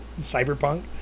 Cyberpunk